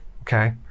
okay